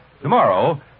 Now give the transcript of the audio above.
Tomorrow